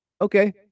okay